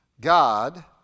God